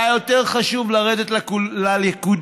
היה יותר חשוב לרדת לליכודיאדה,